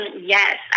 Yes